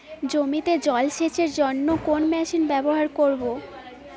জমিতে জল সেচের জন্য কোন মেশিন ব্যবহার করব?